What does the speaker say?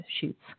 shoots